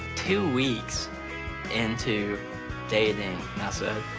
two weeks into dating and i said,